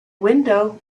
window